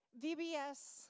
VBS